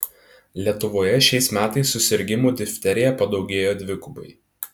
lietuvoje šiais metais susirgimų difterija padaugėjo dvigubai